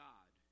God